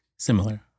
similar